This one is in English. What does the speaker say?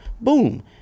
boom